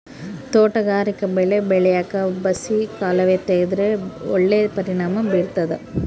ತೋಟಗಾರಿಕಾ ಬೆಳೆ ಬೆಳ್ಯಾಕ್ ಬಸಿ ಕಾಲುವೆ ತೆಗೆದ್ರ ಒಳ್ಳೆ ಪರಿಣಾಮ ಬೀರ್ತಾದ